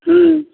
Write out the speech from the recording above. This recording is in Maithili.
हूँ